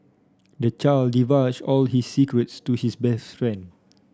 the child divulged all his secrets to his best friend